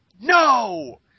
no